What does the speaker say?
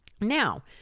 Now